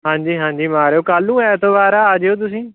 ਹਾਂਜੀ ਹਾਂਜੀ ਮਾਰਿਓ ਕੱਲ੍ਹ ਨੂੰ ਐਤਵਾਰ ਆ ਆ ਜਾਇਓ ਤੁਸੀਂ